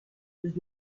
with